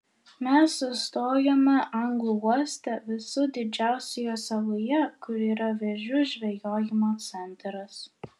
mes sustojome anglų uoste visų didžiausioje saloje kur yra vėžių žvejojimo centras